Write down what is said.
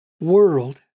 world